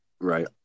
Right